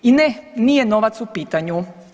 I ne, nije novac u pitanju.